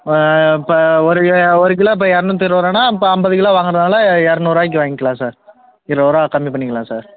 இப்போ இப்போ ஒரு கி ஒரு கிலோ இப்போ இரநூத்தி இருபது ரூபான்னா அப்போ ஐம்பது கிலோ வாங்கிறதால இரநூறுவாய்க்கி வாங்கிக்கலாம் சார் இருபது ரூபா கம்மி பண்ணிக்கலாம் சார்